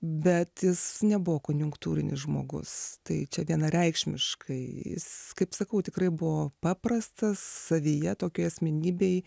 bet jis nebuvo konjunktūrinis žmogus tai čia vienareikšmiškai jis kaip sakau tikrai buvo paprastas savyje tokiai asmenybei